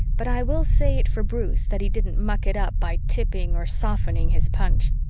but i will say it for bruce that he didn't muck it up by tipping or softening his punch.